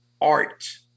art